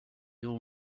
all